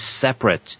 separate